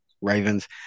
Ravens